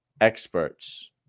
experts